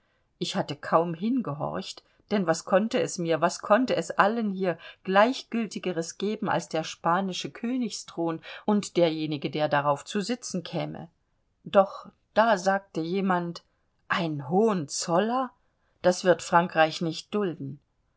ich hatte kaum hingehorcht denn was konnte es mir was konnte es allen hier gleichgültigeres geben als der spanische königsthron und derjenige der darauf zu sitzen käme doch da sagte jemand ein hohenzoller das wird frankreich nicht dulden